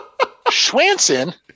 Schwanson